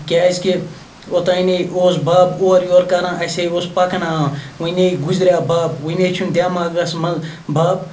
کیٛازِکہِ اوٚتانۍ اوس بَب اورٕ یور کَران اَسہِ ہا اوس پَکناوان وَنہِ گُزریٛوو بَب وَنہِ چھُنہٕ دٮ۪ماغَس منٛز بَب